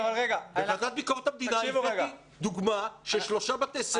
בוועדת ביקורת המדינה הבאתי דוגמה של שלושה בתי ספר